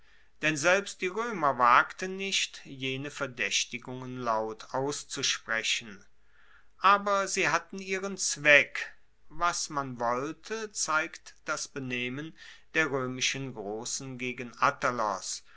denn selbst die roemer wagten nicht jene verdaechtigungen laut auszusprechen aber sie hatten ihren zweck was man wollte zeigt das benehmen der roemischen grossen gegen